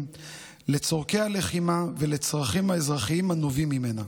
לצורכי הלחימה ולצרכים האזרחיים הנובעים ממנה,